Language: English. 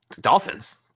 dolphins